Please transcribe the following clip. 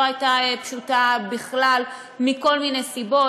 שלא הייתה פשוטה בכלל מכל מיני סיבות.